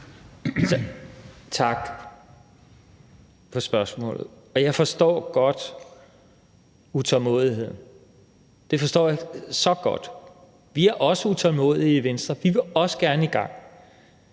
Tak for spørgsmålet. Og jeg forstår godt utålmodigheden – det forstår jeg så godt. Vi er også utålmodige i Venstre, vi vil også gerne i gang.